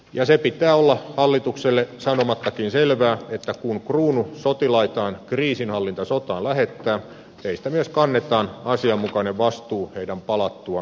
ja sen pitää olla hallitukselle sanomattakin selvää että kun kruunu sotilaitaan kriisinhallintasotaan lähettää heistä myös kannetaan asianmukainen vastuu heidän palattuaan kotimaahan